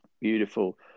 Beautiful